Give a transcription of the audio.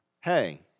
hey